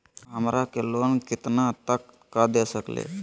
रउरा हमरा के लोन कितना तक का दे सकेला?